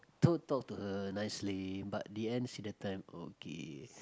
t~ talk to her nicely but the end see the time oh okay